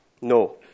No